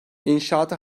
i̇nşaata